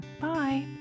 Bye